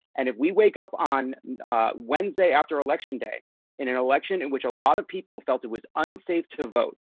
and if we wake up on wednesday after election day in an election in which a lot of people felt it was unsafe to voted,